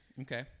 Okay